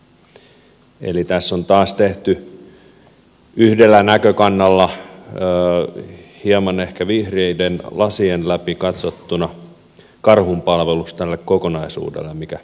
eli tässä on taas tehty yhdellä näkökannalla hieman ehkä vihreiden lasien läpi katsottuna karhunpalvelus tälle kokonaisuudelle mikä tässä on